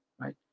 right